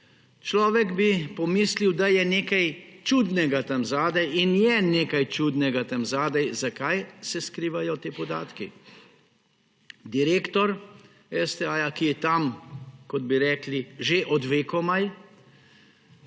Človek bi pomislil, da je nekaj čudnega tam zadaj in je nekaj čudnega tam zadaj. Zakaj se skrivajo te podatki? Direktor STA, ki je tam, kot bi rekli, že od vekomaj,